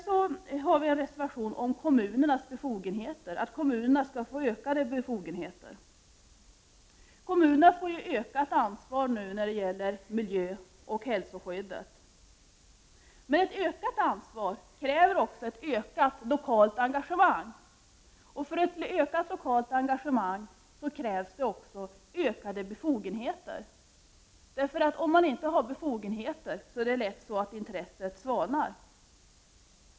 Vi har också en reservation om kommunernas befogenheter. Vi menar att kommunerna måste få ökade befogenheter. Kommunerna får ökat ansvar nu när det gäller miljöoch hälsoskyddet. Men ett ökat ansvar kräver ett ökat lokalt engagemang. För ett ökat lokalt engagemang krävs också ökade befogenheter. Om man inte har befogenheter blir det ju lätt så, att intresset svalnar.